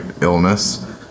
illness